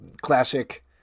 classic